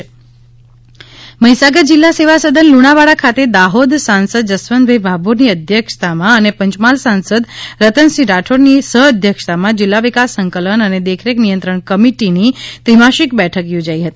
મહ્દીસાગર બેઠક મહીસાગર જિલ્લા સેવા સદન લુણાવાડા ખાતે દાહોદ સાંસદ જસવંતસિંહ ભાભોરની અધ્યક્ષતામાં અને પંચમહાલ સાંસદ રતનસિંહ રાઠોડની સહઅધ્યક્ષતામાં જિલ્લા વિકાસ સંકલન અને દેખરેખ નિયંત્રણ કમિટી દિશાની ત્રિમાસિક બેઠક યોજાઇ હતી